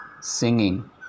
singing